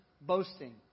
boasting